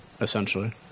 essentially